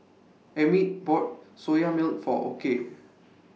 Emmitt bought Soya Milk For Okey